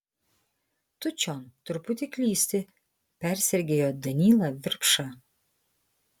tu čion truputį klysti persergėjo danylą virpša